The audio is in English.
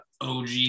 OG